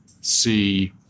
see